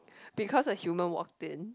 because a human walked in